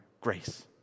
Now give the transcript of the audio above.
grace